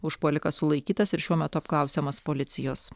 užpuolikas sulaikytas ir šiuo metu apklausiamas policijos